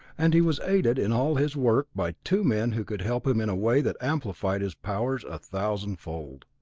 and he was aided in all his work by two men who could help him in a way that amplified his powers a thousand fold.